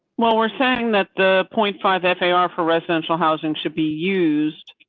well, we're saying that the point five that they are for residential housing should be used.